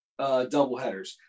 doubleheaders